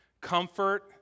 comfort